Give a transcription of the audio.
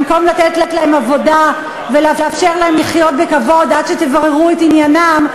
במקום לתת להם עבודה ולאפשר להם לחיות בכבוד עד שתבררו את עניינם,